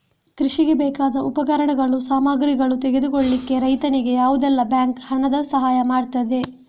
ಕೃಷಿಗೆ ಬೇಕಾದ ಉಪಕರಣಗಳು, ಸಾಮಗ್ರಿಗಳನ್ನು ತೆಗೆದುಕೊಳ್ಳಿಕ್ಕೆ ರೈತನಿಗೆ ಯಾವುದೆಲ್ಲ ಬ್ಯಾಂಕ್ ಹಣದ್ದು ಸಹಾಯ ಮಾಡ್ತದೆ?